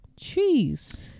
Jeez